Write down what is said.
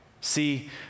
See